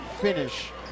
finish